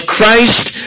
Christ